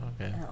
okay